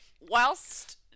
whilst